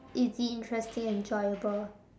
easy interesting enjoyable